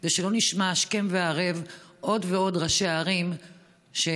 כדי שלא נשמע השכם והערב על עוד ועוד ראשי ערים שמואשמים.